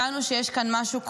הבנו שיש כאן משהו כולל,